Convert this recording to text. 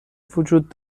وجود